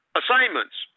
assignments